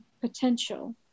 potential